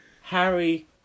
Harry